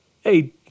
hey